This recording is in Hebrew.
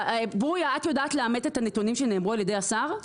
את יודעת לאמת את הנתונים שנאמרו על ידי השר?